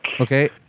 okay